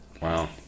Wow